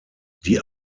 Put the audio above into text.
die